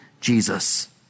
Jesus